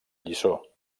lliçó